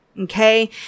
Okay